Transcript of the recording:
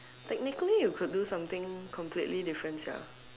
technically you could do something completely different sia